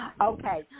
Okay